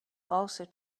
also